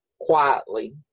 quietly